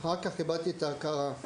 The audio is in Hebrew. ואחר כך איבדתי את ההכרה.